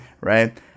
Right